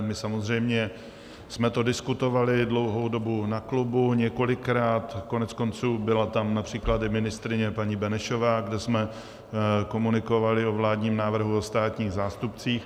My jsme to samozřejmě diskutovali dlouhou dobu na klubu, několikrát, koneckonců, byla tam například i ministryně paní Benešová, kde jsme komunikovali o vládním návrhu o státních zástupcích.